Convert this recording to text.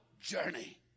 journey